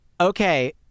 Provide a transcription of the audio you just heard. Okay